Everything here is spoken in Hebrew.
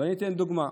ואני אתן דוגמה.